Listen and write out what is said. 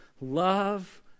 love